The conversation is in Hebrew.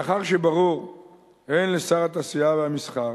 מאחר שברור לשר התעשייה, המסחר